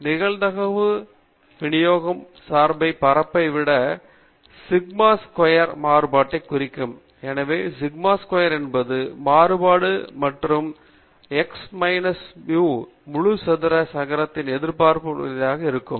நிகழ்தகவு விநியோகம் சார்பின் பரப்பை அளவிட சிக்மா ஸ்கொயர் மாறுபாட்டை குறிக்கும் எனவே சிக்மா ஸ்கொயர் என்பது மாறுபாடு மற்றும் இது X மைனஸ் mu முழு சதுரங்க சக்கரம் எதிர்பார்த்த மதிப்பாக வரையறுக்கப்படுகிறது